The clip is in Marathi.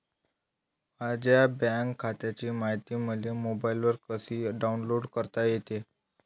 माह्या बँक खात्याची मायती मले मोबाईलवर कसी डाऊनलोड करता येते?